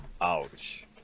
Ouch